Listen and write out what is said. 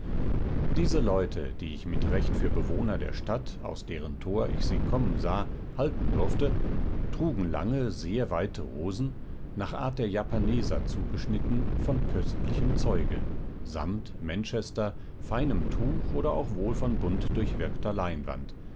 diese leute die ich mit recht für bewohner der stadt aus deren tor ich sie kommen sah halten durfte trugen lange sehr weite hosen nach art der japaneser zugeschnitten von köstlichem zeuge samt manchester feinem tuch oder auch wohl von bunt durchwirkter leinwand